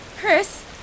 Chris